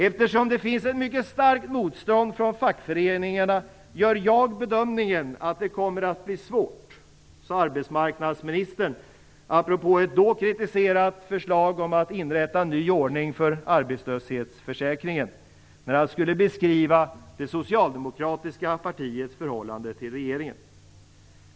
Eftersom det finns ett mycket starkt motstånd från fackföreningarna gör jag bedömningen att det kommer att bli svårt, sade arbetsmarknadsministern apropå ett då kritiserat förslag om att inrätta en ny ordning för arbetslöshetsförsäkringen, när han skulle beskriva det socialdemokratiska partiets förhållande till regeringen.